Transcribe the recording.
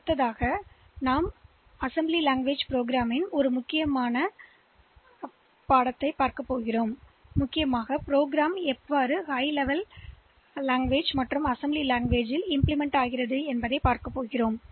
அடுத்து அசெம்பிளிபோலவே பயன்படுத்தப்படும் மற்றொரு மிக முக்கியமான கருத்தை நாங்கள் அறிமுகப்படுத்துவோம் மொழித் திட்டங்களைப் அல்லது எந்தவொரு ப்ரோக்ராம்மிக முக்கியமான பகுதியாகும் செயலாக்கத்திலும் இதுஇது உயர் மட்ட அசெம்பிளி மட்டமாக இருக்கலாம்